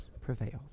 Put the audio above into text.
prevails